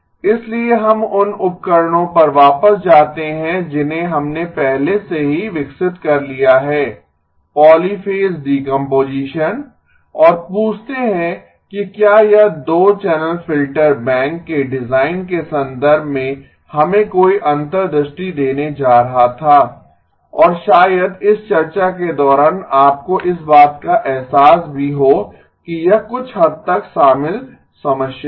इसलिए हम उन उपकरणों पर वापस जाते हैं जिन्हें हमने पहले से ही विकसित कर लिया है पॉलीफ़ेज़ डीकम्पोजीशन और पूछते हैं कि क्या यह 2 चैनल फ़िल्टर बैंक के डिज़ाइन के संदर्भ में हमें कोई अंतर्दृष्टि देने जा रहा था और शायद इस चर्चा के दौरान आपको इस बात का अहसास भी हो कि यह कुछ हद तक शामिल समस्या है